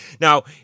Now